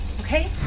okay